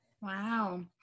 Wow